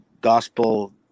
gospel